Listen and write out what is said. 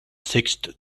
sixth